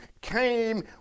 came